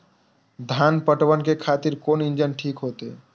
धान पटवन के खातिर कोन इंजन ठीक होते?